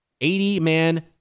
80-man